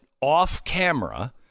off-camera